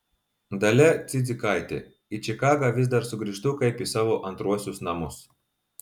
dalia cidzikaitė į čikagą vis dar sugrįžtu kaip į savo antruosius namus